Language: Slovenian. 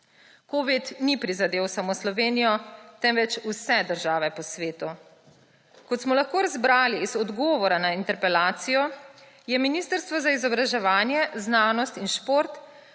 Covid ni prizadel samo Slovenije, temveč vse države po svetu. Kot smo lahko razbrali iz odgovora na interpelacijo, je Ministrstvo za izobraževanje, znanost in šport